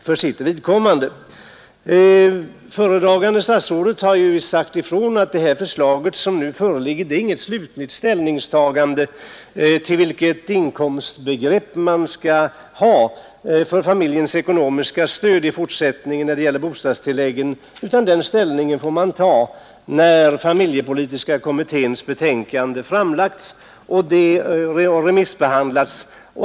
Föredragande statsrådet har ju sagt ifrån att det förslag som nu föreligger innebär inget slutligt ställningstagande till vilket inkomstbegrepp man skall utgå från när det gäller det ekonomiska stödet i form av bostadstillägg till familjerna i fortsättningen, utan det ställningstagandet får man göra när familjepolitiska kommitténs betänkande framlagts och remissbehandlats.